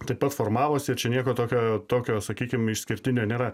taip pat formavosi ir čia nieko tokio tokio sakykim išskirtinio nėra